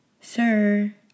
sir